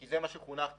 כי לכך חונכתי.